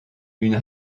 une